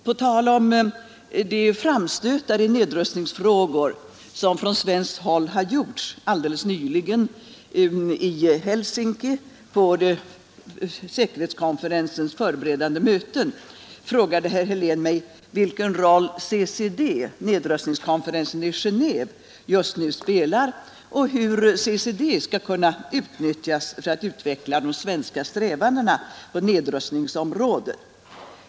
På tal om de framstötar i nedrustningsfrågor som från svenskt håll har gjorts alldeles nyligen i Helsinki på säkerhetskonferensens förberedande möten frågade herr Helén mig vilken roll CCD, nedrustningskonferensen i Genéve, just nu spelar och hur CCD skall kunna utnyttjas för att utveckla strävandena på nedrustningsområdet.